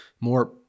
more